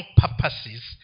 purposes